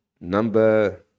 Number